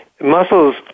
muscles